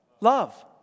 Love